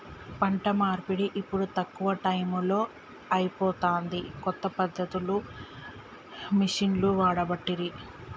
పంట నూర్పిడి ఇప్పుడు తక్కువ టైములో అయిపోతాంది, కొత్త పద్ధతులు మిషిండ్లు వాడబట్టిరి